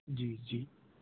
જી જી